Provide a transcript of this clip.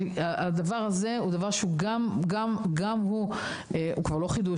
הדבר הזה הוא דבר שגם הוא כבר לא חידוש,